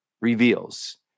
reveals